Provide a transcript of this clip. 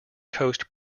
coast